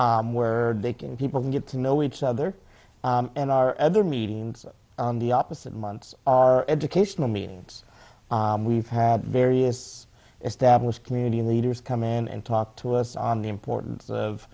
business where they can people can get to know each other and our other meeting on the opposite months are educational meetings we've had various established community and the leaders come in and talk to us on the importance of